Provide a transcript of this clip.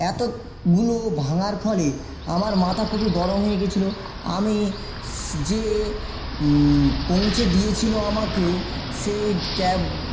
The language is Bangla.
এতগুলো ভাঙার ফলে আমার মাথা খুবই গরম হয়ে গিয়েছিল আমি যে পৌঁছে দিয়েছিল আমাকে সেই ক্যাব